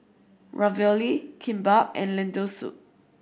Ravioli Kimbap and Lentil Soup